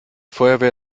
feuerwehr